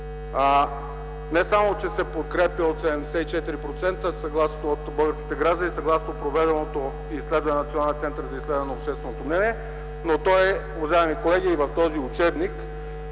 не само че се подкрепя от 74% от българските граждани, съгласно проведеното изследване на Националния център за изследване на общественото мнение, но то е, уважаеми колеги, и в този учебник